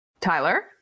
Tyler